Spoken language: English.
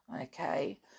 Okay